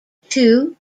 two